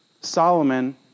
Solomon